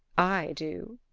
i do!